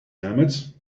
helmets